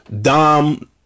Dom